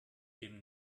dem